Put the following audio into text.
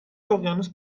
اقیانوس